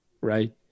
right